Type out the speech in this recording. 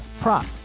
prop